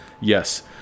Yes